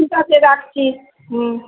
ঠিক আছে রাখছি হুম